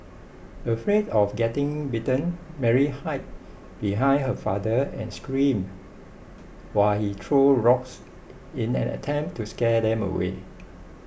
afraid of getting bitten Mary hid behind her father and screamed while he threw rocks in an attempt to scare them away